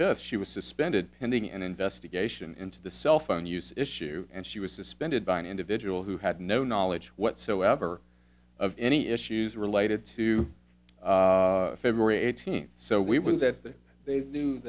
first she was suspended pending an investigation into the cell phone use issue and she was suspended by an individual who had no knowledge whatsoever of any issues related to february eighteenth so we would that they knew